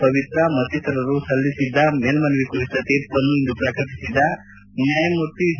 ಪವಿತ್ರಾ ಮತ್ತಿತರರು ಸಲ್ಲಿಸಿದ್ದ ಮೇಲ್ಮನವಿ ಕುರಿತ ತೀರ್ಪನ್ನು ಇಂದು ಪ್ರಕಟಿಸಿದ ನ್ವಾಯಮೂರ್ತಿ ಡಿ